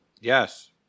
Yes